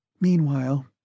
Meanwhile